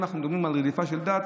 אם אנחנו מדברים על רדיפה של דת,